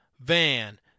Van